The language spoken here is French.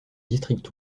district